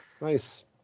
nice